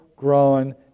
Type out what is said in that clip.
Growing